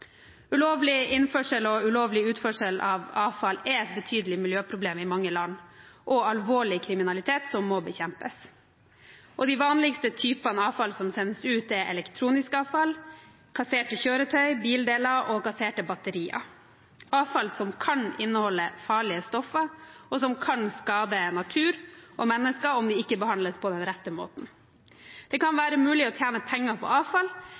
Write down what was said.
Ulovlig innførsel og ulovlig utførsel av avfall er et betydelig miljøproblem i mange land, og dette er alvorlig kriminalitet som må bekjempes. De vanligste typene avfall som sendes ut, er elektronisk avfall, kasserte kjøretøy, bildeler og kasserte batterier – avfall som kan inneholde farlige stoffer, og som kan skade natur og mennesker om det ikke behandles på den rette måten. Det kan være mulig å tjene penger på avfall,